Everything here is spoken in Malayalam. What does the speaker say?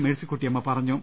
മേഴ്സിക്കുട്ടിയമ്മ പറഞ്ഞു